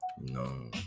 no